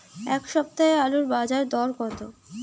এ সপ্তাহে আলুর বাজারে দর কত?